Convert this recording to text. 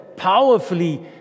powerfully